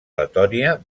letònia